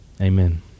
amen